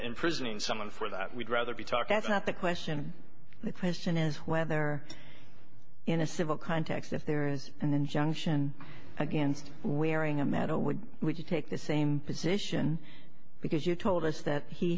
imprisoning someone for that we'd rather be talking about the question the question is whether in a civil context if there is an injunction against wearing a meadow would you take the same position because you told us that he